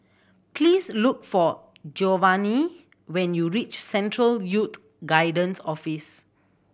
please look for Giovani when you reach Central Youth Guidance Office